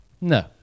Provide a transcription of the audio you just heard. No